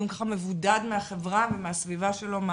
מבודד מהחברה ומהסביבה שלו.